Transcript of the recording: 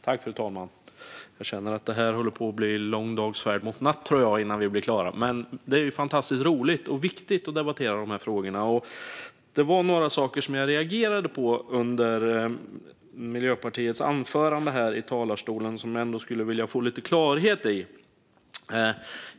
Fru talman! Jag känner att det håller på att bli lång dags färd mot natt innan vi blir klara, men det är ju fantastiskt roligt och viktigt att debattera de här frågorna! Det var några saker som jag reagerade på under Miljöpartiets anförande och som jag skulle vilja få lite klarhet i.